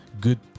good